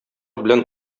белән